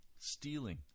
stealing